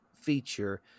feature